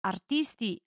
Artisti